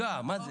נפגע, מה זה.